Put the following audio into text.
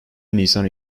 nisan